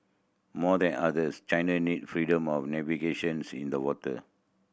more than others China need freedom of navigation's in the water